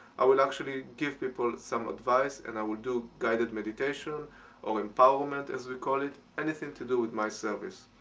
i will actually give people some advice and i will do guided meditation or empowerment as we call it, anything to do with my service.